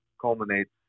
culminates